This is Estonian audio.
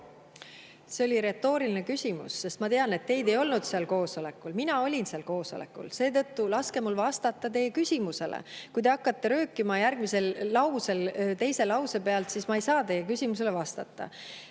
See oli retooriline küsimus, sest ma tean, et teid ei olnud seal koosolekul. Mina olin seal koosolekul. Seetõttu laske mul vastata teie küsimusele. Kui te hakkate röökima teise lause pealt, siis ma ei saa teie küsimusele vastata.